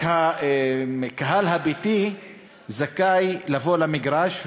הקהל הביתי זכאי לבוא למגרש,